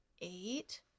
eight